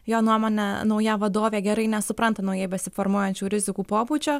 jo nuomone nauja vadovė gerai nesupranta naujai besiformuojančių rizikų pobūdžio